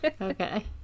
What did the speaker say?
okay